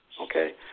Okay